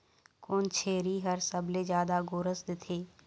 कोन छेरी हर सबले जादा गोरस देथे?